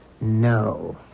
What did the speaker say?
No